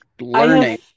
learning